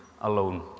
alone